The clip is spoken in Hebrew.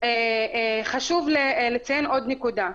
חשוב לציין עוד נקודה.